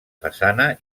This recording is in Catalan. façana